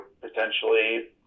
potentially